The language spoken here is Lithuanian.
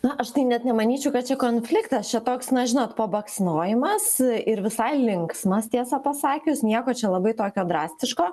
na aš tai net nemanyčiau kad čia konfliktas čia toks na žinot pabaksnojimas ir visai linksmas tiesą pasakius nieko čia labai tokio drastiško